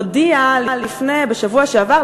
הודיעה בשבוע שעבר,